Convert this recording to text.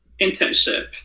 internship